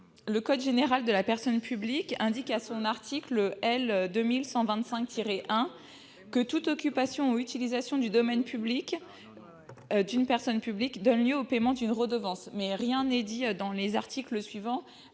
Le code général de la propriété des personnes publiques indique, en son article L. 2125-1, que toute occupation ou utilisation du domaine public d'une personne publique donne lieu au paiement d'une redevance, mais les articles suivants